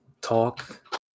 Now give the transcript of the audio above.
talk